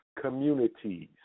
communities